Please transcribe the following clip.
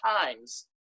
times